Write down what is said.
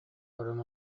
баран